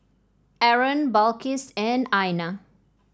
Aaron Balqis and Aina